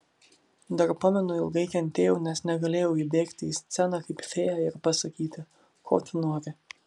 dar pamenu ilgai kentėjau nes negalėjau įbėgti į sceną kaip fėja ir pasakyti ko tu nori